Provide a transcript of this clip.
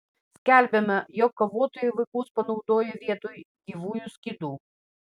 skelbiama jog kovotojai vaikus panaudoja vietoj gyvųjų skydų